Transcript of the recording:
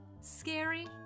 Scary